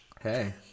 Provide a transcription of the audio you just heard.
Hey